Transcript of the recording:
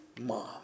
Mom